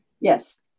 Yes